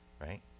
right